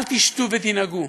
אל תשתו ותנהגו.